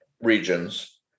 regions